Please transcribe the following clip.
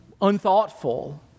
unthoughtful